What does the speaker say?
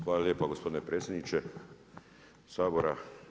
Hvala lijepa gospodine predsjedniče Sabora.